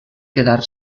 quedar